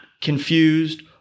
confused